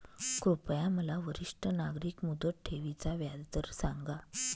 कृपया मला वरिष्ठ नागरिक मुदत ठेवी चा व्याजदर सांगा